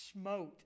smote